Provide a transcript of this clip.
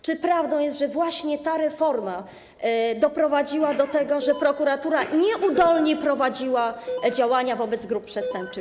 Czy prawdą jest, że właśnie ta reforma doprowadziła do tego, że prokuratura nieudolnie prowadziła działania wobec grup przestępczych?